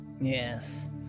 Yes